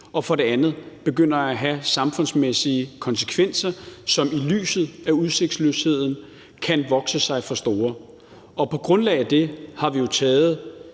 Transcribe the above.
og for det andet begynder at have samfundsmæssige konsekvenser, som i lyset af udsigtsløsheden kan vokse sig for store, og på grundlag af det har vi jo taget,